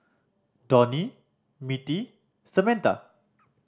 Donie Mittie Samantha